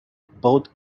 both